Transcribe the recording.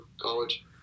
college